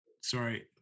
Sorry